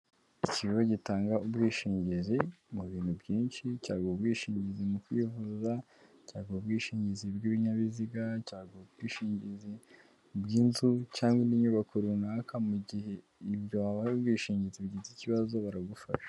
Ikigo gitanga ubwishingizi mu bintu byinshi, cyaguha ubwishingizi mu kwivuza, cyaguha ubwishingizi bw'ibinyabiziga, ubwishingizi by'inzu, cyangwa inyubako runaka mu gihe ibyo wabaye ubwishingizi bugize ikibazo baragufasha.